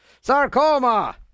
Sarcoma